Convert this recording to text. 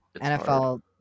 NFL